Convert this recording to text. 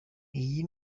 iyi